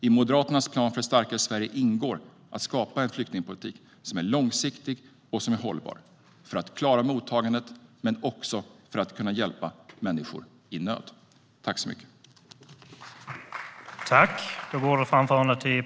I Moderaternas plan för ett starkare Sverige ingår att skapa en flyktingpolitik som är långsiktig och hållbar, för att klara mottagandet men också för att kunna hjälpa människor i nöd.